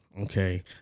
okay